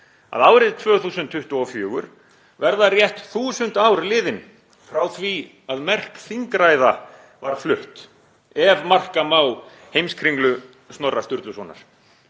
að árið 2024 verða rétt þúsund ár liðin frá því að merk þingræða var flutt, ef marka má Heimskringlu Snorra Sturlusonar.